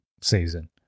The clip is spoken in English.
season